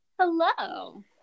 hello